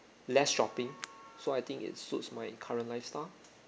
less shopping so I think it suits my current lifestyle